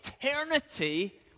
eternity